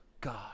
God